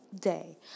day